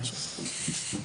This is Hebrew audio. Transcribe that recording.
תודה רבה.